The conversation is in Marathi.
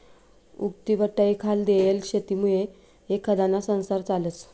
उक्तीबटाईखाल देयेल शेतीमुये एखांदाना संसार चालस